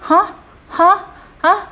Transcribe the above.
ha ha ha